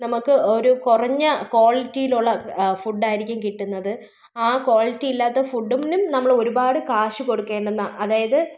നമുക്ക് ഒരു കുറഞ്ഞ ക്വാളിറ്റിയിലുള്ള ഫുഡ്ഡായിരിക്കും കിട്ടുന്നത് ആ ക്വാളിറ്റി ഇല്ലാത്ത ഫുഡും നും നമ്മൾ ഒരുപാട് കാശ് കൊടുക്കേണ്ടുന്ന അതായത്